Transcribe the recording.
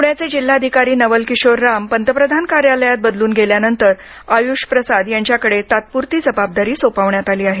पुण्याचे जिल्हाधिकारी नवल किशोर राम पंतप्रधान कार्यालयात उपसचिव पदावर बदलून गेल्यानंतर आयुष प्रसाद यांच्याकडे तात्पुरती जबाबदारी सोपवण्यात आली आहे